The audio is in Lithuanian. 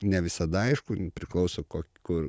ne visada aišku priklauso kok kur